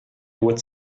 would